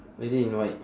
lady in white